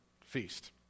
feast